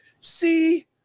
See